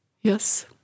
Yes